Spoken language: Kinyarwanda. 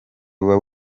buba